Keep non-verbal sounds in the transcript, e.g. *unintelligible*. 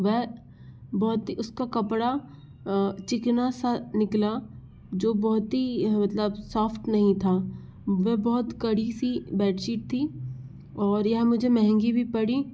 वह बहुत ही उसका कपड़ा चिकना सा निकला जो बहुत ही *unintelligible* सॉफ्ट नहीं था वो बहुत कड़ी सी बेडसीट थी और यह मुझे मंहगी भी पड़ी